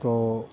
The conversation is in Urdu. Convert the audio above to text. تو